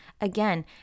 Again